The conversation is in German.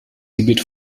gebiet